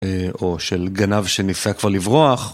או של גנב שניסה כבר לברוח.